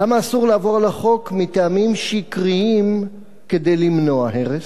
למה אסור לעבור על החוק מטעמים טובים כדי למנוע הרס?